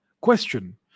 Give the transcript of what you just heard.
question